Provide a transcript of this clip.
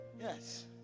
Yes